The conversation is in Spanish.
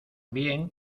bien